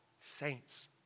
saints